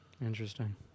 Interesting